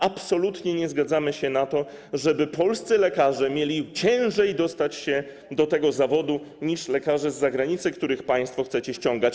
Absolutnie nie zgadzamy się na to, żeby polscy lekarze mieli trudniejszą drogę do tego zawodu niż lekarze z zagranicy, których państwo chcecie ściągać.